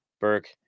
burke